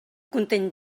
content